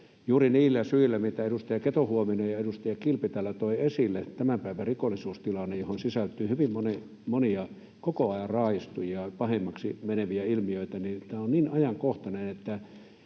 niin ajankohtainen, mitä edustaja Keto-Huovinen ja edustaja Kilpi täällä toivat esille — tämän päivän rikollisuustilanne, johon sisältyy hyvin monia koko ajan raaistuvia ja pahemmaksi meneviä ilmiöitä — jollakin verukkeella